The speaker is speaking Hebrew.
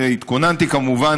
והתכוננתי כמובן